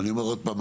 אני אומר עוד פעם,